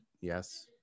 yes